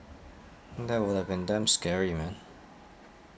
that would have been damn scary man